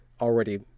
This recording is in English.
already